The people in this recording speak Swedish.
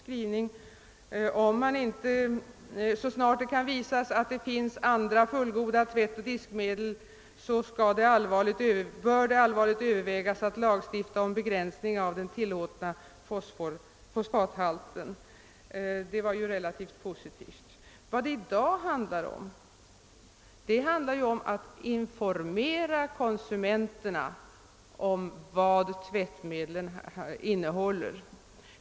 Den gick ut på att om det kan visas att det finns andra fullgoda tvättoch diskmedel, bör man allvarligt överväga att lagstifta om begränsning av den tillåtna fosfathalten. Det var ju relativt positivt. Vad det i dag handlar om är att informera konsumenterna om vad tvättmedlen innehåller.